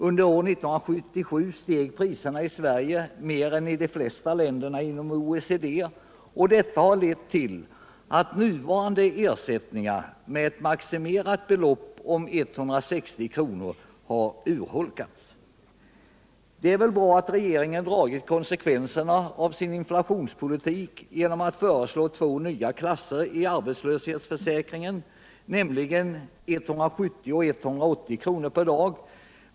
Under 1977 steg priserna i Sverige mer än i de flesta länder inom OECD, vilket har lett till att nuvarande ersättningar med elt maximerat belopp på 160 kr. har urholkats. Det är väl bra att regeringen har dragit konsekvenserna av sin inflationspolitik genom att föreslå två nya klasser i arbetslöshetsförsäkringen, nämligen 170 och 180 kr. per dag.